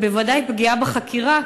וודאי פגיעה בחקירה,